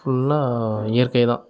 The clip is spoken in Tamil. ஃபுல்லாக இயற்கை தான்